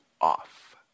off